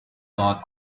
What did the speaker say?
card